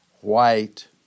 white